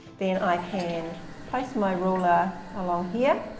then i can place my ruler along here,